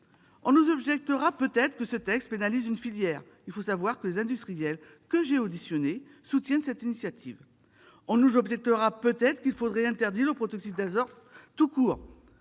On nous objectera peut-être que ce texte pénalise une filière. Il faut savoir que les industriels que j'ai auditionnés soutiennent cette initiative. On nous objectera éventuellement qu'il faudrait interdire le protoxyde d'azote tout court.